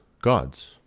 gods